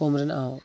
ᱠᱚᱢ ᱨᱮᱱᱟᱜ ᱦᱚᱸ